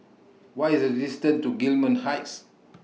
What IS The distance to Gillman Heights